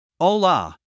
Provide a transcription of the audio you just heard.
Hola